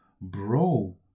bro